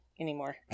anymore